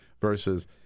versus